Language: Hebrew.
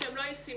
שהם לא ישימים.